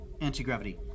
Anti-gravity